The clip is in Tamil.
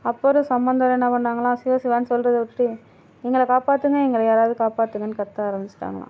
அப்பரும் சம்மந்தரும் என்ன பண்ணாங்களாம் சிவ சிவான்னு சொல்றதை விட்டுவிட்டு எங்களை காப்பாற்றுங்க எங்களை யாராவது காப்பாற்றுங்கன்னு கத்த ஆரம்பிச்சிட்டாங்களாம்